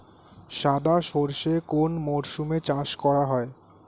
সাদা সর্ষে কোন মরশুমে চাষ করা হয়?